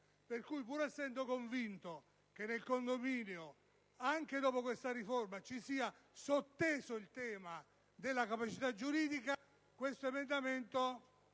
Essendo convinto che nei condomini, anche dopo questa riforma, sia sotteso il tema della capacità giuridica, ritengo l'emendamento